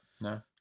no